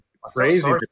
crazy